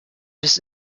biss